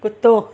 कुतो